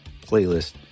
playlist